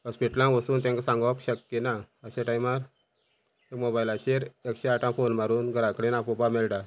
हॉस्पिटलांक वसून तेंका सांगप शक्य ना अशा टायमार मोबायलाचेर एकशे आठाक फोन मारून घरा कडेन आपोवपा मेळटा